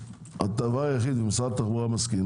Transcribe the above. הדבר היחיד אם משרד התחבורה מסכים,